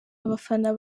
abafana